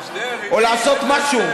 או לעשות משהו.